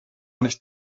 nicht